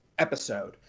episode